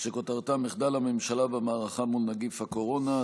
שכותרתה: מחדל הממשלה במערכה מול נגיף הקורונה.